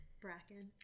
Bracken